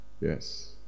Yes